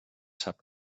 sap